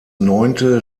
neunte